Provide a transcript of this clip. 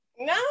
No